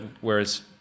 whereas